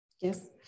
Yes